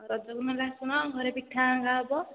ରଜକୁ ନହେଲେ ଆସୁନ ଘରେ ପିଠା ହେରିକା ହେବ